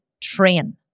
train